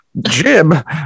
jib